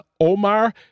Omar